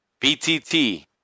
BTT